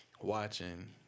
watching